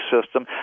system